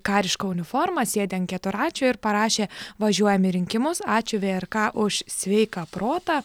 kariška uniforma sėdi ant keturračio ir parašė važiuojam į rinkimus ačiū vrk už sveiką protą